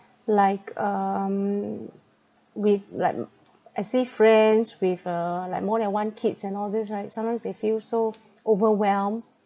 like um with like m~ I see friends with uh like more than one kids and all these right sometimes they feel so overwhelmed